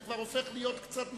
זה כבר הופך להיות קצת מוגזם.